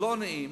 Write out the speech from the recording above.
לא נעים,